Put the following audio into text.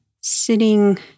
sitting